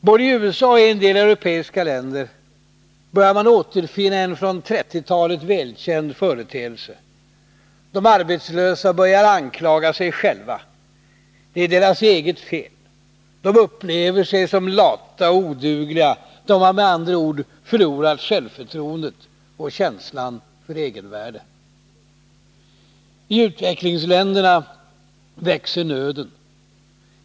Både i USA och i en del europeiska länder börjar man återfinna en från 1930-talet välkänd företeelse: de arbetslösa börjar anklaga sig själva, det är deras eget fel, de upplever sig som lata och odugliga, de har med andra ord förlorat självförtroendet och känslan för egenvärde. I utvecklingsländerna växer nöden.